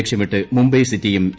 ലക്ഷ്യമിട്ട് മുംബൈ സിറ്റിയും എ